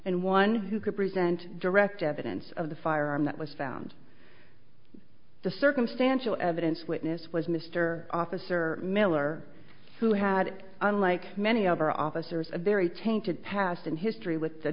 and one who could present direct evidence of the firearm that was found the circumstantial evidence witness was mr officer miller who had on like many other officers a very tainted past and history with the